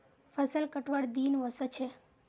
फसल कटवार दिन व स छ